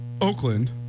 Oakland